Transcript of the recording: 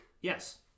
Yes